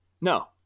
No